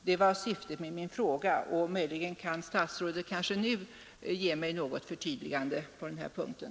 Det var utgångspunkten för min fråga, och möjligen kan statsrådet nu göra något förtydligande på den här punkten.